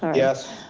yes.